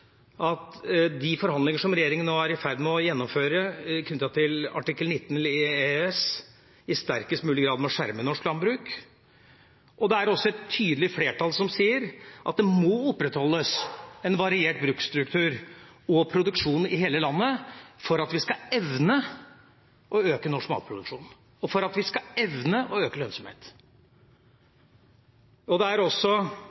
at de forhandlinger som regjeringen nå er i ferd med å gjennomføre knyttet til artikkel 19 i EØS, i sterkest mulig grad må skjerme norsk landbruk. Det er også et tydelig flertall som sier at det må opprettholdes en variert bruksstruktur og produksjon i hele landet for at vi skal kunne evne å øke norsk matproduksjon, og for at vi skal evne å øke lønnsomheten. Og det er også